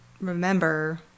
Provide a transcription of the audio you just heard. remember